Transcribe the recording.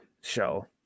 show